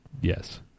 Yes